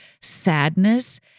sadness